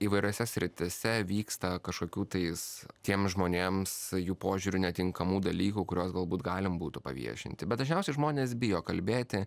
įvairiose srityse vyksta kažkokių tais tiem žmonėms jų požiūriu netinkamų dalykų kuriuos galbūt galim būtų paviešinti bet dažniausiai žmonės bijo kalbėti